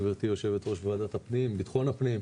גברתי יושבת-ראש ועדת ביטחון הפנים,